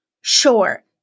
sure